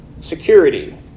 security